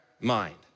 mind